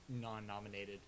non-nominated